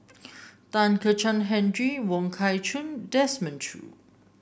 Kezhan Henri Wong Kah Chun Desmond Choo